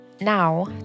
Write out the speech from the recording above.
Now